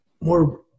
more